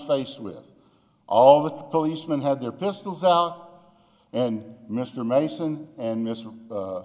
faced with all the policemen had their pistols out and mr madison and this